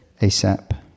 ASAP